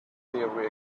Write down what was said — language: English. theory